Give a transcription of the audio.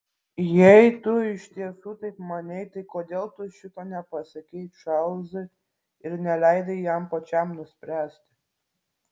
jei tu iš tiesų taip manei tai kodėl tu šito nepasakei čarlzui ir neleidai jam pačiam nuspręsti